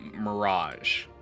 mirage